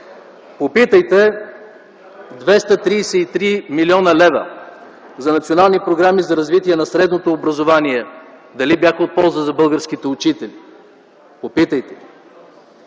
Попитайте – 233 млн. лв. за национални програми за развитие на средното образование дали бяха от полза за българските учители? Попитайте